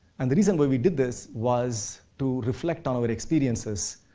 and the reason why we did this was to reflect um our experiences,